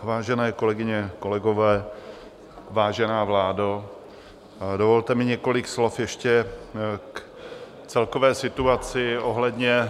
Vážené kolegyně, kolegové, vážená vládo, dovolte mi několik slov ještě k celkové situaci ohledně energií.